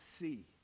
see